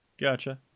Gotcha